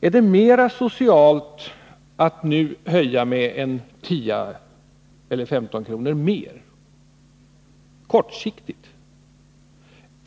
Är det — kortsiktigt — mera socialt att höja med 10 eller 15 kr.